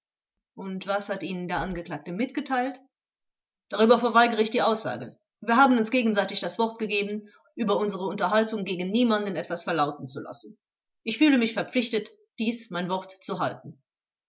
und was hat ihnen der angeklagte mitgeteilt zeuge darüber verweigere ich die aussage wir haben uns gegenseitig das wort gegeben über unsere unterhaltung gegen niemanden etwas verlauten zu lassen ich fühle mich verpflichtet dies mein wort zu halten